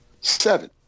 Seven